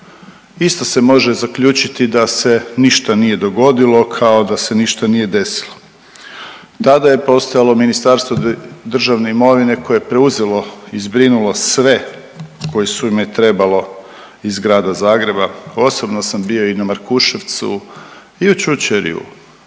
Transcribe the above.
Isto se može zaključiti da se ništa nije dogodilo kao da se ništa nije desilo. Tada je postojalo Ministarstvo državno imovine koje je preuzelo i zbrinulo sve koji su me trebalo iz Grada Zagreba, osobno sam bio i na Markuševcu i u Čučerju